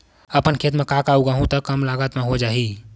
अपन खेत म का का उगांहु त कम लागत म हो जाही?